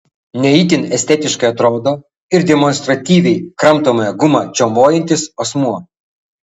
ne itin estetiškai atrodo ir demonstratyviai kramtomąją gumą čiaumojantis asmuo